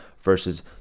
versus